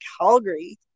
Calgary